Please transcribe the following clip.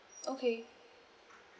okay